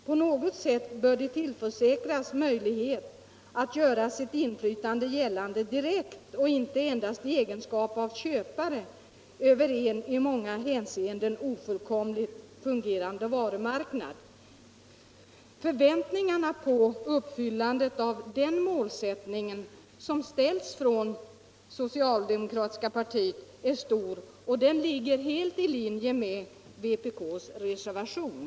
På något sätt bör de tillförsäkras möjlighet att göra sitt inflytande gällande direkt och inte endast i egenskap av köpare över en i många hänseenden ofullkomligt fungerande varumarknad.” De förväntningar på uppfyllandet av den målsättningen som ställs från det socialdemokratiska partiet är stora och denna målsättning ligger helt i linje med vpk:s reservation.